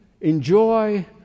enjoy